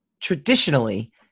traditionally